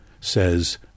says